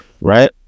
right